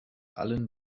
allen